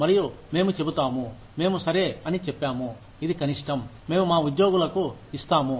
మరియు మేము చెబుతాము మేము సరే అని చెప్పాము ఇది కనిష్టం మేము మా ఉద్యోగులకు ఇస్తాము